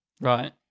Right